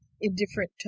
indifferent